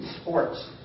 sports